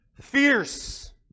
fierce